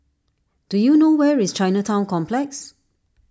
do you know where is Chinatown Complex